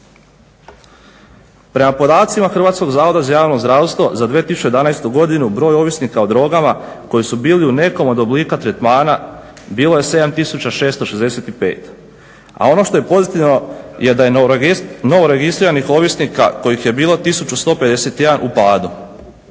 Prema podacima Hrvatskog zavoda za javno zdravstvo za 2011. godinu broj ovisnika o drogama koji su bili u nekom od oblika tretmana bilo je 7 tisuća 665, a ono što je pozitivno je da je novoregistriranih ovisnika kojih je bilo 1151 u padu.